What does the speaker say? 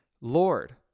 Lord